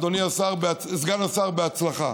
אדוני סגן השר, בהצלחה.